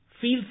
feels